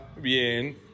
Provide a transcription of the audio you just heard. bien